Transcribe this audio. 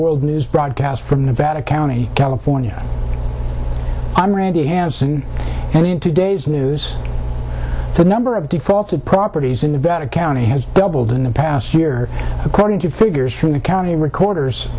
world news broadcast from nevada county california i'm randi hanson and in today's news the number of defaulted properties in nevada county has doubled in the past year according to figures from the county recorder